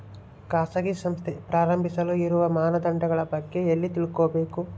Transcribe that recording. ಖಾಸಗಿ ಸಂಸ್ಥೆ ಪ್ರಾರಂಭಿಸಲು ಇರುವ ಮಾನದಂಡಗಳ ಬಗ್ಗೆ ಎಲ್ಲಿ ತಿಳ್ಕೊಬೇಕು?